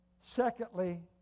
Secondly